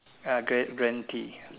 ah guaran~ guaranteed